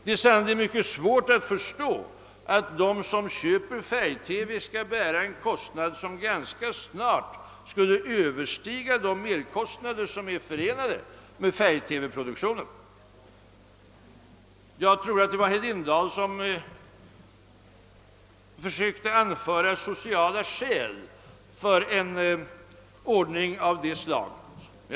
Det är sannerligen mycket svårt att förstå att de som köper färg-TV skall bära en kostnad som ganska snart skulle kraftigt överstiga de merkostnader som är förenade med färg-TV-produktionen. Jag tror att det var herr Lindahl som försökte anföra sociala skäl för en ordning av det slaget.